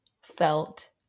felt